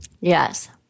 Yes